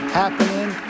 happening